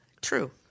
true